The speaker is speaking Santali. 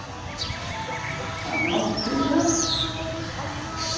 ᱢᱟᱱᱮ ᱪᱮᱫ ᱞᱮᱠᱟ